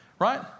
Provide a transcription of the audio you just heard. right